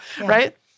right